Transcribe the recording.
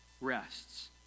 rests